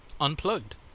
Unplugged